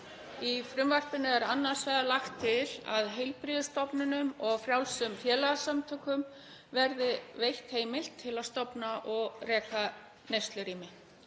Í frumvarpinu er annars vegar lagt til að heilbrigðisstofnunum og frjálsum félagasamtökum verði veitt heimild til að stofna og reka neyslurými.